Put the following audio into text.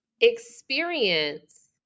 experience